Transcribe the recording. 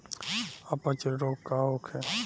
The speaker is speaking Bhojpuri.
अपच रोग का होखे?